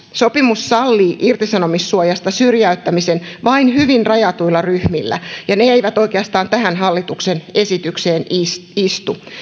sopimus sallii irtisanomissuojasta syrjäyttämisen vain hyvin rajatuilla ryhmillä ja ne eivät oikeastaan tähän hallituksen esitykseen istu istu